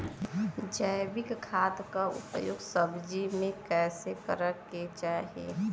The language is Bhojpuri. जैविक खाद क उपयोग सब्जी में कैसे करे के चाही?